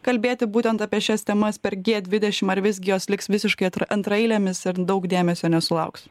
kalbėti būtent apie šias temas per gie dvidešim ar visgi jos liks visiškai antraeilėmis ir daug dėmesio nesulauks